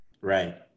right